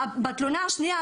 בתלונה השנייה,